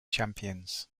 champions